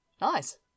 Nice